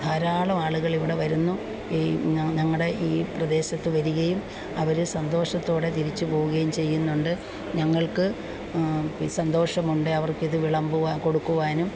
ധാരാളം ആളുകൾ ഇവിടെ വരുന്നു ഈ ഞങ്ങളുടെ ഈ പ്രദേശത്ത് വരികയും അവർ സന്തോഷത്തോടെ തിരിച്ച് പോവുകയും ചെയ്യുന്നുണ്ട് ഞങ്ങൾക്ക് സന്തോഷമുണ്ട് അവർക്കിത് വിളമ്പുവാൻ കൊടുക്കുവാനും